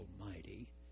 Almighty